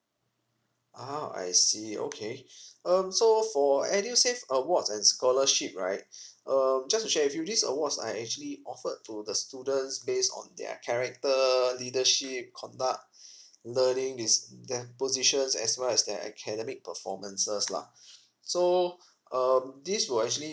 ah I see okay um so for edusave awards and scholarship right um just to share with you this award I actually offered to the students based on their character leadership conduct learning is their positions as well as their academic performances lah so um this will actually